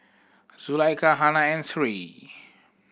Zulaikha Hana and Sri